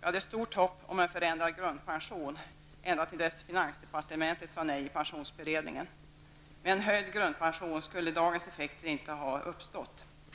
Vi hade stort hopp om en förändrad grundpension, ända till dess finansdepartementet sade nej i pensionsberedningen. Med en höjd grundpension skulle dagens effekter inte ha uppstått.